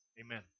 Amen